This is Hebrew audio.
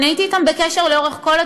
הייתי אתם בקשר לאורך כל התקופה,